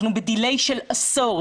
אנחנו בדיליי של עשור.